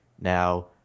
now